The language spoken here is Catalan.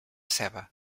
ceba